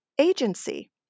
agency